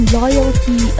loyalty